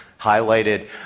highlighted